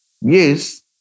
Yes